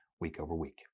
week-over-week